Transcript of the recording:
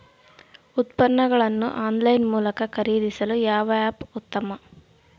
ಉತ್ಪನ್ನಗಳನ್ನು ಆನ್ಲೈನ್ ಮೂಲಕ ಖರೇದಿಸಲು ಯಾವ ಆ್ಯಪ್ ಉತ್ತಮ?